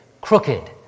crooked